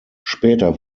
später